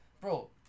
bro